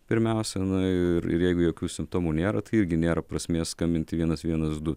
pirmiausia na ir ir jeigu jokių simptomų nėra tai irgi nėra prasmės skambinti vienas vienas du